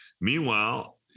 Meanwhile